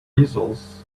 easels